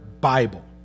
Bible